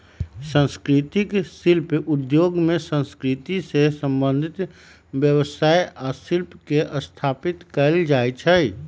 संस्कृतिक शिल्प उद्योग में संस्कृति से संबंधित व्यवसाय आ शिल्प के स्थापित कएल जाइ छइ